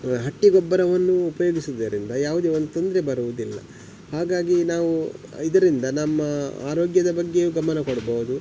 ಹಟ್ಟಿಗೊಬ್ಬರವನ್ನು ಉಪಯೋಗಿಸುವುದರಿಂದ ಯಾವುದೆ ಒಂದು ತೊಂದರೆ ಬರುವುದಿಲ್ಲ ಹಾಗಾಗಿ ನಾವು ಇದರಿಂದ ನಮ್ಮ ಆರೋಗ್ಯದ ಬಗ್ಗೆಯೂ ಗಮನ ಕೊಡ್ಬೋದು